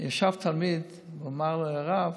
ישב תלמיד ואמר לרב: